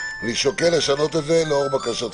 כדי להעלות ולעורר נקודות